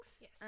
Yes